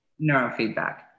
Neurofeedback